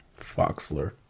Foxler